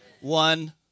One